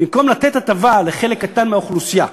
במקום לתת הטבה לחלק קטן מהאוכלוסייה,